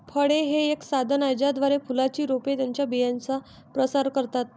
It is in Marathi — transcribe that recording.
फळे हे एक साधन आहे ज्याद्वारे फुलांची रोपे त्यांच्या बियांचा प्रसार करतात